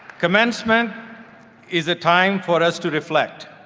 commencement is a time for us to reflect.